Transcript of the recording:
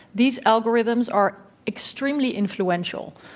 these algorithms are extremely influential.